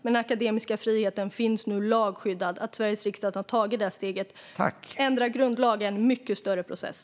Men den akademiska friheten finns nu lagskyddad genom att Sveriges riksdag har tagit detta steg. Att ändra grundlagen är en mycket större process.